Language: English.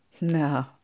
No